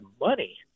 money